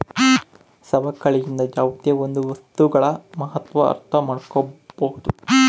ಸವಕಳಿಯಿಂದ ಯಾವುದೇ ಒಂದು ವಸ್ತುಗಳ ಮಹತ್ವ ಅರ್ಥ ಮಾಡ್ಕೋಬೋದು